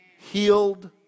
Healed